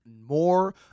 more